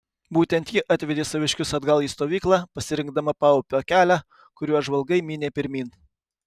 būtent ji atvedė saviškius atgal į stovyklą pasirinkdama paupio kelią kuriuo žvalgai mynė pirmyn